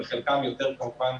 בחלקם יותר כמובן.